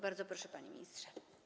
Bardzo proszę, panie ministrze.